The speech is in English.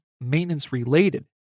maintenance-related